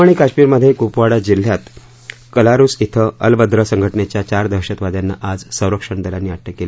जम्मू आणि काश्मिरमध्ये क्पवाडा जिल्ह्यात कलारुस ॐ अल बद्र संघटनेच्या चार दहशतवाद्यांना आज संरक्षण दलांनी अटक केली